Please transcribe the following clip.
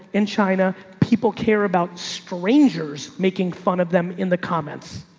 in china, people care about strangers making fun of them. in the comments